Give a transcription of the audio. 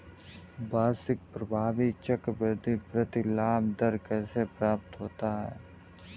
वार्षिक प्रभावी चक्रवृद्धि प्रतिलाभ दर कैसे प्राप्त होता है?